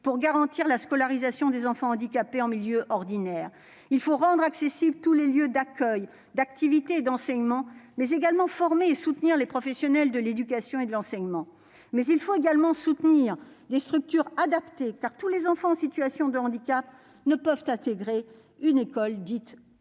pour garantir la scolarisation des enfants handicapés en milieu ordinaire. Il faut rendre accessibles tous les lieux d'accueil, d'activités et d'enseignement, mais également former et soutenir les professionnels de l'éducation et de l'enseignement. Il faut enfin soutenir des structures adaptées, car tous les enfants en situation de handicap ne peuvent intégrer une école dite « ordinaire ».